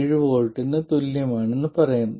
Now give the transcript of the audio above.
7 V ന് തുല്യമാണെന്ന് പറയാം